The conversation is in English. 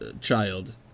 child